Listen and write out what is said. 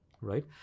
right